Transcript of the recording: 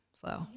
flow